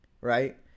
right